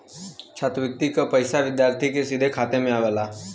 छात्रवृति क पइसा विद्यार्थी के सीधे खाते में आवला